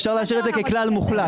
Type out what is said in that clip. אפשר להשאיר את זה ככלל מוחלט.